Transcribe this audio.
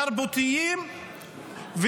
תרבותיים,